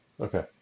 Okay